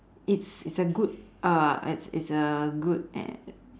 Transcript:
it's it's a good uh it's it's a good